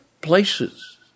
places